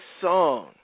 song